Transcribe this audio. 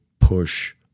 push